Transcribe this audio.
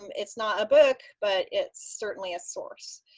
um it's not a book, but it's certainly a source.